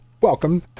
Welcome